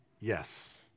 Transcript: yes